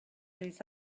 les